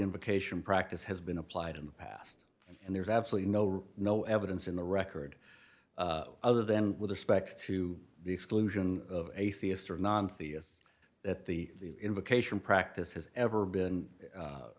invocation practice has been applied in the past and there's absolutely no no evidence in the record other than with respect to the exclusion of atheists non theist that the invocation practice has ever been